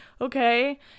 okay